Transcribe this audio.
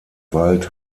wald